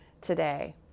today